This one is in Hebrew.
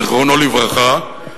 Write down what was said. זיכרונו לברכה,